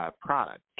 product